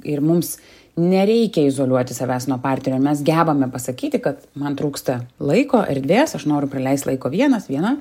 ir mums nereikia izoliuoti savęs nuo parterio mes gebame pasakyti kad man trūksta laiko erdvės aš noriu praleist laiko vienas viena